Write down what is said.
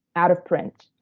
out of print,